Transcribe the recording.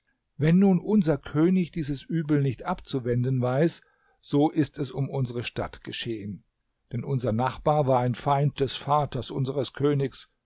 wenn nun unser könig dieses übel nicht abzuwenden weiß so ist es um unsere stadt geschehen denn unser nachbar war ein feind des vaters unseres königs